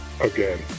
Again